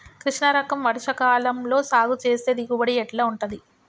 కృష్ణ రకం వర్ష కాలం లో సాగు చేస్తే దిగుబడి ఎట్లా ఉంటది?